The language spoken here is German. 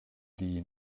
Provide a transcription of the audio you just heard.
die